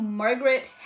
Margaret